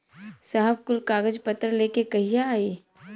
साहब कुल कागज पतर लेके कहिया आई?